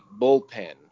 bullpen